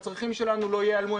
הצרכים שלנו לא ייעלמו,